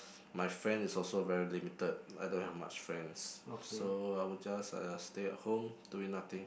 my friends is also very limited I don't have much friends so I would just uh stay at home doing nothing